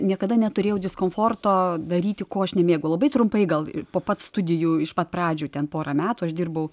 niekada neturėjau diskomforto daryti ko aš nemėgau labai trumpai gal po pat studijų iš pat pradžių ten porą metų aš dirbau